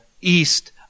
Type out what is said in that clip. east